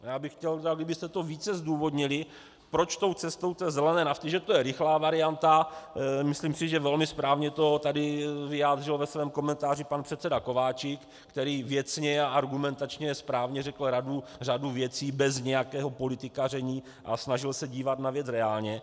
Já bych chtěl, abyste to více zdůvodnili, proč tou cestou zelené nafty že to je rychlá varianta, myslím si, že velmi správně to tady vyjádřil ve svém komentáři pan předseda Kováčik, který věcně a argumentačně správně řekl řadu věcí bez nějakého politikaření a snažil se dívat na věc reálně.